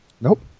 Nope